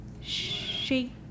Shake